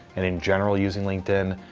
and in general using linkedin,